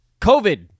COVID